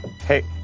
Hey